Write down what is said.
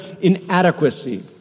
inadequacy